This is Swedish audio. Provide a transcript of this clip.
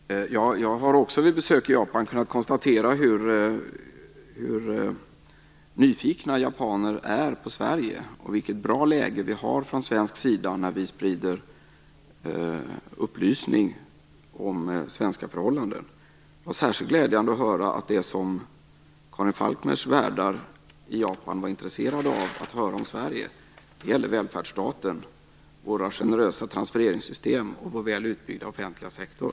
Fru talman! Jag har också vid besök i Japan kunnat konstatera hur nyfikna japaner är på Sverige och vilket bra läge vi har från svensk sida när vi sprider upplysning om svenska förhållanden. Det var särskilt glädjande att höra att det som Karin Falkmers värdar i Japan var intresserade av att veta om Sverige gällde välfärdsstaten, våra generösa transfereringssystem och vår väl utbyggda offentliga sektor.